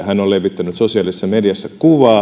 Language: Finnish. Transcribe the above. hän on levittänyt sosiaalisessa mediassa